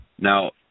Now